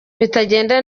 bitagenda